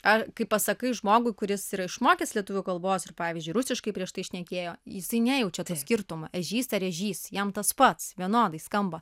ar kai pasakai žmogui kuris yra išmokęs lietuvių kalbos ir pavyzdžiui rusiškai prieš tai šnekėjo jisai nejaučia to skirtumo ežis ar ežys jam tas pats vienodai skamba